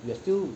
we are still